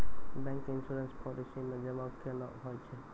Bank के insurance policy मे जमा केना होय छै?